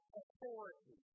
authority